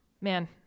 Man